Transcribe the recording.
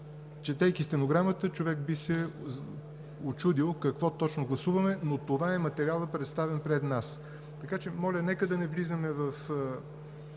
Четейки стенограмата, човек би се учудил какво точно гласуваме, но това е материалът, представен пред нас. Моля да не влизаме в